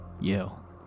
yell